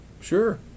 Sure